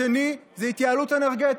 השנייה התנהלות אנרגטית,